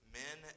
men